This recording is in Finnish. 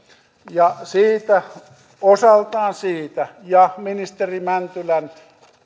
siitä osaltaan siitä ja ministeri mäntylän